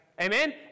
Amen